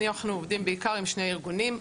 אנחנו עובדים בעיקר עם שני ארגונים.